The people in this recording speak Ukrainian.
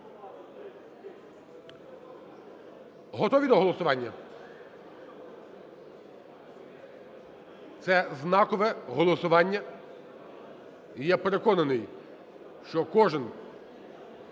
Готові до голосування? Це знакове голосування, і я переконаний, що кожен,